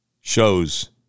shows